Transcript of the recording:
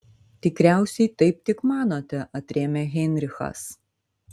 tikriausiai taip tik manote atrėmė heinrichas